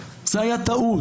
זו הייתה טעות.